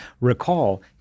Recall